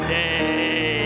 day